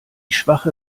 schwache